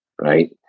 right